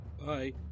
Bye